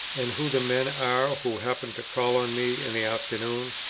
and who the men are who happen to call on me in the afternoon?